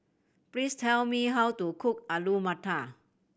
please tell me how to cook Alu Matar